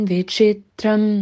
Vichitram